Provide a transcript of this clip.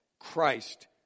Christ